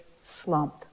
Slump